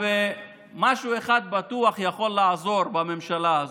משהו אחד בטוח יכול לעזור בממשלה הזאת.